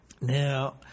Now